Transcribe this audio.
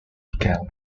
began